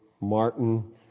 Martin